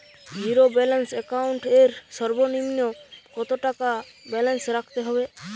Zero balance account এর সর্বনিম্ন কত টাকা ব্যালেন্স রাখতে হবে?